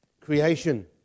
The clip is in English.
creation